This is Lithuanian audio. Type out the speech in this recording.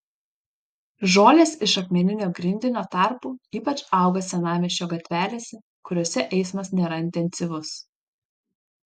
žolės iš akmeninio grindinio tarpų ypač auga senamiesčio gatvelėse kuriose eismas nėra intensyvus